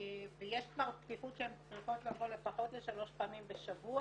ויש כבר פתיחות שהן צריכות לבוא לפחות לשלוש פעמים בשבוע,